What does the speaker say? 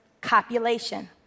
copulation